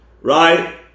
right